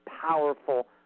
powerful